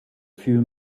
few